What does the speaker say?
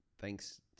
thanks